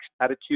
attitude